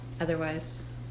Otherwise